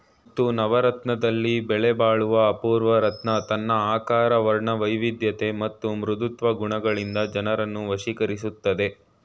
ಮುತ್ತು ನವರತ್ನದಲ್ಲಿ ಬೆಲೆಬಾಳುವ ಅಪೂರ್ವ ರತ್ನ ತನ್ನ ಆಕಾರ ವರ್ಣವೈವಿಧ್ಯತೆ ಮತ್ತು ಮೃದುತ್ವ ಗುಣಗಳಿಂದ ಜನರನ್ನು ವಶೀಕರಿಸ್ತದೆ